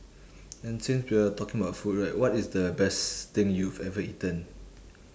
and since we are talking about food right what is the best thing you've ever eaten